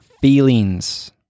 feelings